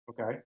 Okay